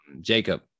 Jacob